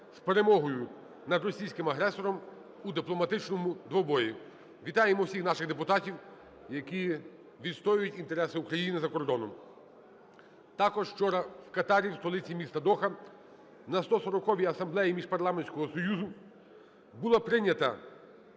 з перемогою над російським агресором у дипломатичному двобої. Вітаємо всіх наших депутатів, які відстоюють інтереси України за кордоном. Також вчора в Катарі, в столиці – місті Доха, на 140 Асамблеї Міжпарламентського союзу була прийнята